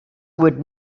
would